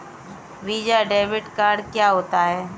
Visa debit card क्या होता है?